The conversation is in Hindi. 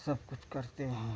सब कुछ करते हैं